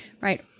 Right